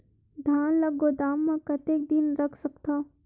धान ल गोदाम म कतेक दिन रख सकथव?